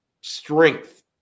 strength